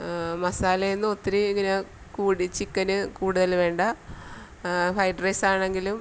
മസാലയൊന്നും ഒത്തിരി ഇങ്ങനെ കൂടി ചിക്കന് കൂടുതല് വേണ്ട ഫൈഡ് റൈസാണെങ്കിലും